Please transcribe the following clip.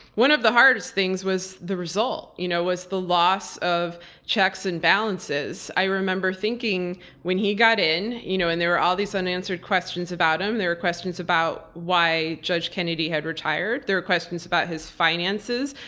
one of the hardest things was the result. you know, was the loss of checks and balances. i remember thinking when he got in you know and there were all these unanswered questions about him. there are questions about why judge kennedy had retired. there are questions about his finances,